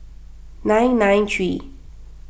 nine nine three